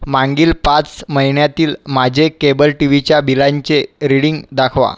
मागील पाच महिन्यातील माझे केबल टी वीच्या बिलांचे रीडिंग दाखवा